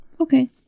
Okay